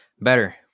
better